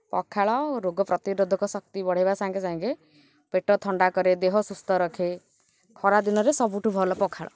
ପଖାଳ ରୋଗ ପ୍ରତିରୋଧକ ଶକ୍ତି ବଢ଼ାଇବା ସାଙ୍ଗେ ସାଙ୍ଗେ ପେଟ ଥଣ୍ଡା କରେ ଦେହ ସୁସ୍ଥ ରଖେ ଖରା ଦିନରେ ସବୁଠୁ ଭଲ ପଖାଳ